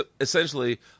essentially